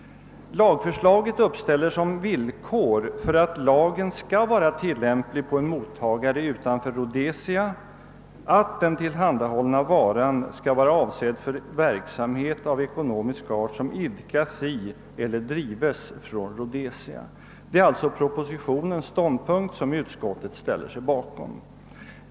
Lagförslaget uppställer som villkor för att lagen skall vara tilllämplig på en mottagare utanför Rhodesia, att den tillhandahållna varan skall vara avsedd för verksamhet av ekonomisk art som idkas i eller drivs från Rhodesia. Detta är alltså propositionens ståndpunkt, och den ställer sig utskottet bakom.